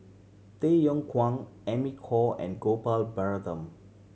Tay Yong Kwang Amy Khor and Gopal Baratham